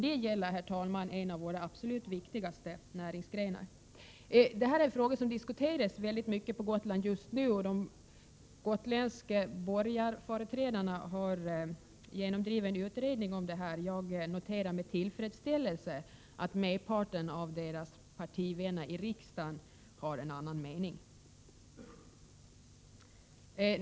Det gäller, herr talman, en av våra absolut viktigaste näringsgrenar. Den här frågan diskuteras väldigt mycket på Gotland just nu. Företrädarna för de borgerliga på Gotland har genomdrivit en utredning. Jag noterar dock med tillfredsställelse att de flesta av deras partivänner i riksdagen har en annan mening.